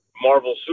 Marvel